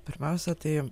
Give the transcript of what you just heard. pirmiausia tai